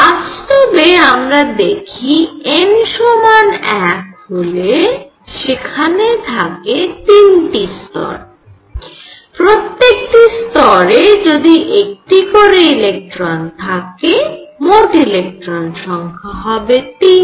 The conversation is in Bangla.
বাস্তবে আমরা দেখি n সমান 1 হলে সেখানে থাকে 3টি স্তর প্রত্যেকটি স্তরে যদি একটি করে ইলেকট্রন থাকে মোট ইলেকট্রন সংখ্যা হবে 3